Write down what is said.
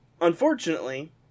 Unfortunately